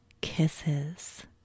kisses